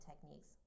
techniques